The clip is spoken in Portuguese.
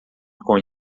com